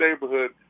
neighborhood